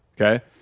okay